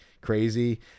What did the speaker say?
crazy